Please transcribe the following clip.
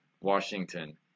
Washington